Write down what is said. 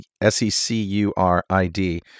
S-E-C-U-R-I-D